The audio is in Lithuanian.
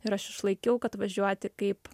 ir aš išlaikiau kad važiuoti kaip